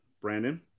Brandon